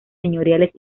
señoriales